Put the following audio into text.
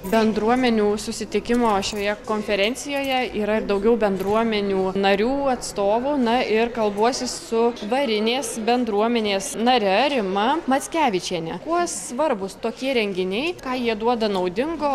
bendruomenių susitikimo šioje konferencijoje yra ir daugiau bendruomenių narių atstovų na ir kalbuosi su varinės bendruomenės nare rima mackevičiene kuo svarbūs tokie renginiai ką jie duoda naudingo